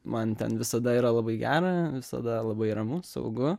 man ten visada yra labai gera visada labai ramu saugu